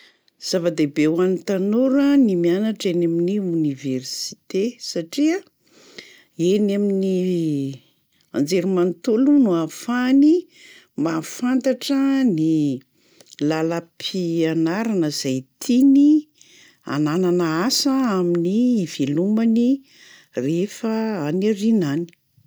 Zava-dehibe ho an'ny tanora ny mianatra eny amin'ny oniversite satria eny amin'ny anjery manontolo no ahafahany mahafantatra ny làlam-pianarana zay tiany ananana asa amin'ny ivelomany rehefa any aoriana any.